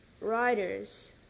Writers